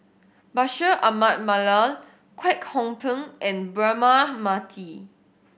Bashir Ahmad Mallal Kwek Hong Png and Braema Mathi